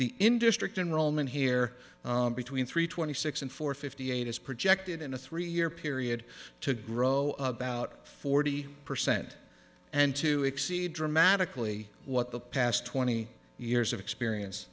the in district in rome and here between three twenty six and four fifty eight is projected in a three year period to grow about forty percent and to exceed dramatically what the past twenty years of experience